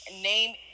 name